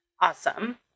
Awesome